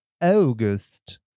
August